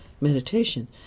meditation